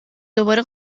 دوباره